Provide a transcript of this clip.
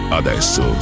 adesso